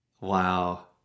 Wow